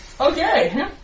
Okay